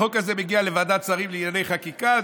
החוק הזה מגיע לוועדת שרים לענייני חקיקה,